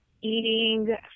eating